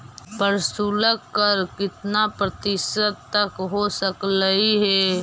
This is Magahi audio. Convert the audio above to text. प्रशुल्क कर कितना प्रतिशत तक हो सकलई हे?